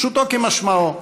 פשוטו כמשמעו: